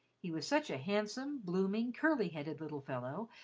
he was such a handsome, blooming, curly-headed little fellow,